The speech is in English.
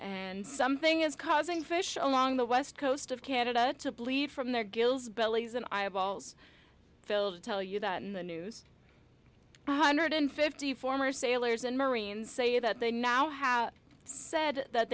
and something is causing fish along the west coast of canada to bleed from their gills bellies and eyeballs filled tell you that in the news one hundred fifty former sailors and marines say that they now have said that